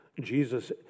Jesus